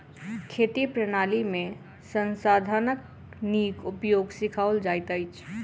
खेती प्रणाली में संसाधनक नीक उपयोग सिखाओल जाइत अछि